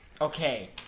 Okay